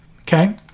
Okay